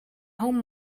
home